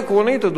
אדוני השר,